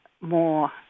more